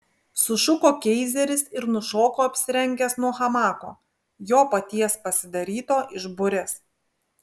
sušuko keizeris ir nušoko apsirengęs nuo hamako jo paties pasidaryto iš burės